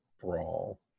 brawl